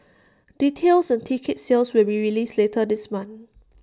details on ticket sales will be released later this month